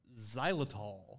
xylitol